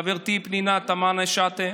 חברתי פנינה תמנו שטה: